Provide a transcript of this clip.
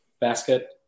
basket